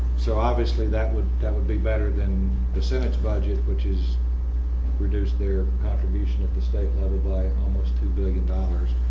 so obviously that would that would be better then the senate budget which is reduce their contribution at the state level by almost two billion dollars.